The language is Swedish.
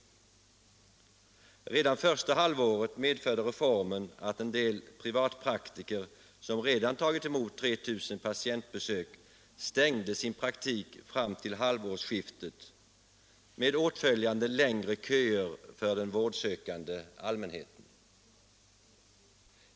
Redan första halvåret medförde reformen att en del privatpraktiker som redan tagit emot 3 000 patientbesök stängde sin praktik fram till halvårsskiftet med åtföljande längre köer för den vårdsökande allmänheten.